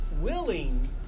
willing